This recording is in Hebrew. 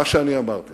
מה שאני אמרתי